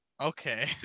Okay